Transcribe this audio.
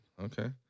Okay